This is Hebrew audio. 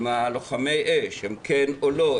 עם לוחמי האש, האם הם כן או לא.